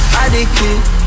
addicted